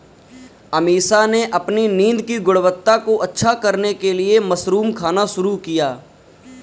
अमीषा ने अपनी नींद की गुणवत्ता को अच्छा करने के लिए मशरूम खाना शुरू किया